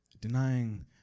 denying